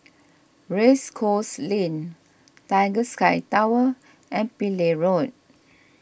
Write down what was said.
Race Course Lane Tiger Sky Tower and Pillai Road